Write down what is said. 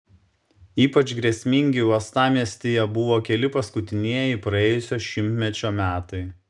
ypač grėsmingi uostamiestyje buvo keli paskutinieji praėjusio šimtmečio metai